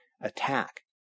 attack